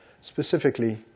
Specifically